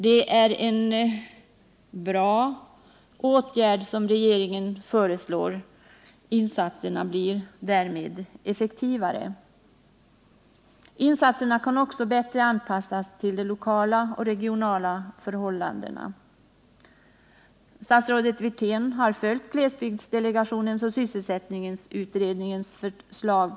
Det är en bra åtgärd som regeringen föreslår; insatserna blir därmed effektivare. Insatserna kan också bättre anpassas till de lokala och regionala förhållandena. Statsrådet Wirtén har följt glesbygdsdelegationens och sysselsättningsutredningens förslag.